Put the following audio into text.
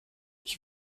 ich